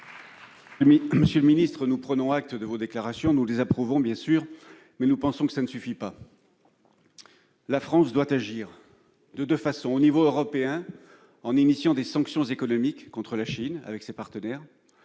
Monsieur le ministre, nous prenons acte de vos déclarations, que nous approuvons. Mais nous pensons que cela ne suffit pas. La France doit agir de deux façons : au niveau européen, en engageant des sanctions économiques contre la Chine, et